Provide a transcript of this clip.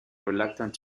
reluctant